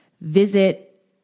visit